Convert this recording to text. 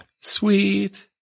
Sweet